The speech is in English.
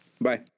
Bye